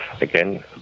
Again